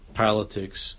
politics